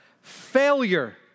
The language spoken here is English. failure